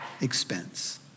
expense